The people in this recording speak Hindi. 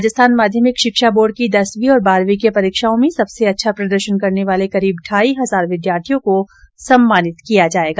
राजस्थान माध्यमिक शिक्षा बोर्ड की दसवीं और बारहवीं की परीक्षाओं में सबसे अच्छा प्रदर्शन करने वाले करीब ढाई हजार विद्यार्थियों को सम्मानित किया जायेगा